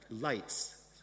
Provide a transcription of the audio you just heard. lights